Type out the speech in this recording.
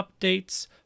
updates